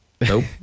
Nope